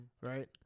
right